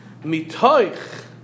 Mitoich